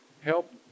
Help